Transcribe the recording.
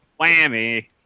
Whammy